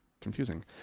confusing